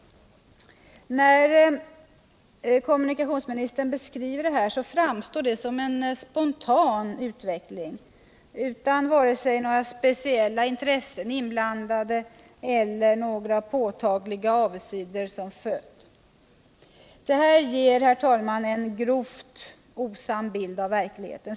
När kommunikationsministern beskriver detta framstår det som en spontan utveckling, utan speciella intressen inblandade eller med några påtagliga avigsidor som följd. Det här ger, herr talman, en grovt osann bild av verkligheten.